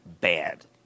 bad